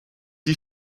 die